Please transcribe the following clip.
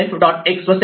x व self